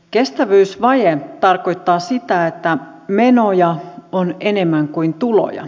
kestävyysvaje tarkoittaa sitä että menoja on enemmän kuin tuloja